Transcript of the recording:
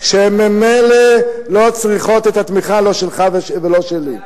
שממילא לא צריכות את התמיכה לא שלך ולא שלי.